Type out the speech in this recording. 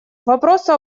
вопросу